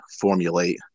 formulate